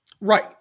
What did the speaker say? Right